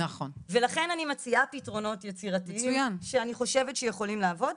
ולכן אני מציעה פתרונות יצירתיים שאני חושבת שיכולים לעבוד.